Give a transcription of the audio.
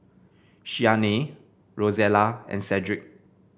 Shyanne Rosella and Sedrick